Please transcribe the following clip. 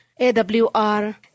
AWR